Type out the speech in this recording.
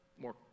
more